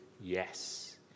yes